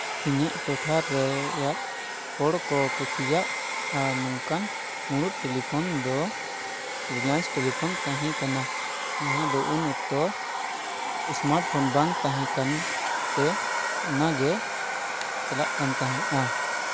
ᱤᱧᱟᱹᱜ ᱴᱚᱴᱷᱟ ᱨᱮᱭᱟᱜ ᱦᱚᱲ ᱠᱚ ᱠᱩᱥᱤᱭᱟᱜᱼᱟ ᱱᱚᱝᱠᱟᱱ ᱢᱩᱬᱩᱫ ᱴᱤᱞᱤᱯᱷᱳᱱ ᱫᱚ ᱨᱮᱞᱟᱭᱮᱱᱥ ᱴᱤᱞᱤᱯᱷᱳᱱ ᱛᱟᱦᱮᱸ ᱠᱟᱱᱟ ᱡᱟᱦᱟᱸ ᱫᱚ ᱩᱱ ᱚᱠᱛᱚ ᱥᱢᱟᱴ ᱯᱷᱳᱱ ᱵᱟᱝ ᱛᱟᱦᱮᱸ ᱠᱟᱱ ᱛᱮ ᱚᱱᱟᱜᱮ ᱪᱟᱞᱟᱜ ᱠᱟᱱ ᱛᱟᱦᱮᱸᱜᱼᱟ